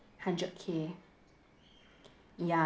hundred K ya